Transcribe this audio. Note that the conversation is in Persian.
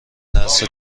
ترس